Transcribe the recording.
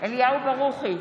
אליהו ברוכי,